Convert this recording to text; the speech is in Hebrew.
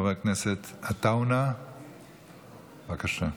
חבר הכנסת עטאונה, בבקשה.